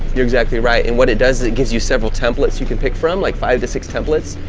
you're exactly right, and what it does, it gives you several templates you can pick from like five to six templates,